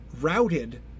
routed